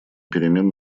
перемен